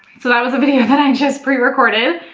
so that was a video that i just pre recorded.